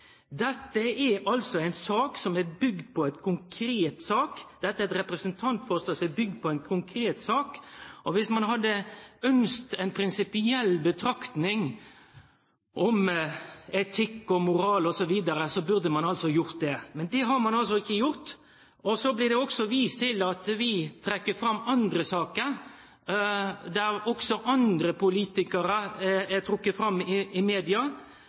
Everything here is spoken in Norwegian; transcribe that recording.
Dette er altså eit representantforslag som er bygd på ei konkret sak. Om ein hadde ønskt ei prinsipiell betraktning om etikk, moral osv., burde ein ha lagt opp til det. Men det har ein altså ikkje gjort. Så blir det også vist til at vi trekkjer fram andre saker der også andre politikarar er trekt fram i media. Då blir vi skulda for å bruke dei som ei unnskyldning. Det er det i